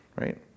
right